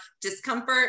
discomfort